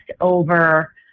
over